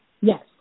Yes